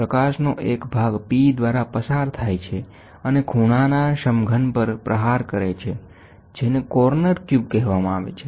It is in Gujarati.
પ્રકાશનો એક ભાગ P દ્વારા પસાર થાય છે અને ખૂણાના સમઘન પર પ્રહાર કરે છે જેને કોર્નર ક્યુબ કહેવામાં આવે છે